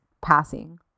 passing